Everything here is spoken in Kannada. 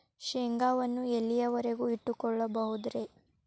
ಶೇಂಗಾವನ್ನು ಎಲ್ಲಿಯವರೆಗೂ ಇಟ್ಟು ಕೊಳ್ಳಬಹುದು ರೇ?